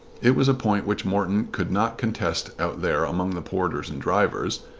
it was a point which morton could not contest out there among the porters and drivers,